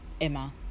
Emma